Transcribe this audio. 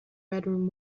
bedroom